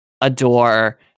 adore